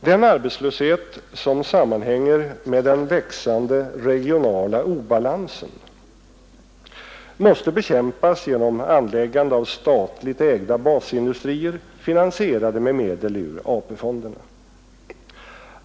Den arbetslöshet som sammanhänger med den växande regionala obalansen måste bekämpas genom anläggande av statligt ägda basindustrier, finansierade med medel ur AP-fonderna.